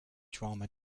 drama